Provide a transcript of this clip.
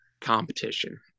competition